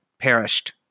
perished